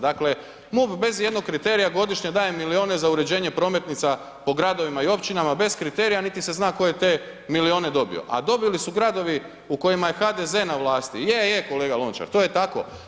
Dakle, MUP bez ijednog kriterija godišnje daje milijune za uređenje prometnica po gradovima i općinama bez kriterija, niti se zna tko je te milijune dobio, a dobili su gradovi kojima je HDZ na vlasti, je, je kolega Lončar, to je tako.